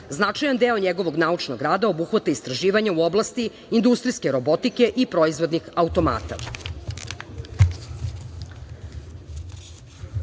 Značajan deo njegovog naučnog rada obuhvata istraživanje u oblasti industrijske robotike i proizvodnih automata. Član